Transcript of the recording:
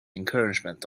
encouragement